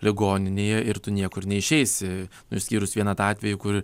ligoninėje ir tu niekur neišeisi nu išskyrus vieną tą atvejį kur